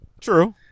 True